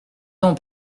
temps